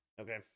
Okay